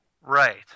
Right